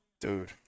Dude